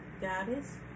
goddess